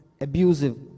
abusive